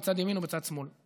בצד ימין או בצד שמאל.